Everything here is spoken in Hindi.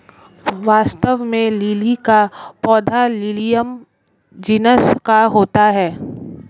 वास्तव में लिली का पौधा लिलियम जिनस का होता है